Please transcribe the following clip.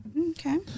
Okay